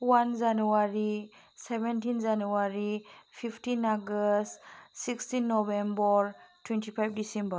one January seventeen January fifteen August sixteen November twenty five December